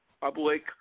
Public